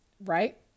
right